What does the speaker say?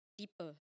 deeper